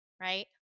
right